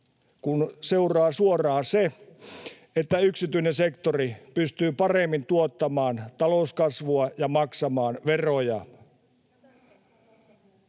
kun seuraa suoraan se, että yksityinen sektori pystyy paremmin tuottamaan talouskasvua ja maksamaan veroja.